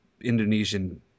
Indonesian